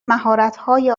مهارتهای